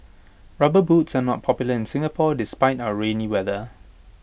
rubber boots are not popular in Singapore despite our rainy weather